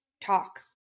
talk